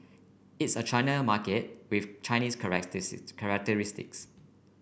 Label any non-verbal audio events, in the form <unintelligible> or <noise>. it's a China market with Chinese <unintelligible> characteristics